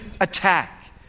attack